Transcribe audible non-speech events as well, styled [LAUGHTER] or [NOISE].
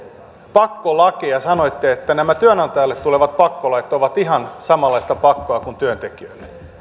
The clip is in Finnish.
pakkolakeja sanoitte että nämä työnantajalle tulevat pakkolait ovat ihan samanlaista pakkoa kuin työntekijöille [UNINTELLIGIBLE]